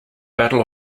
battle